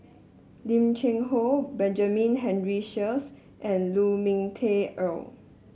Lim Cheng Hoe Benjamin Henry Sheares and Lu Ming Teh Earl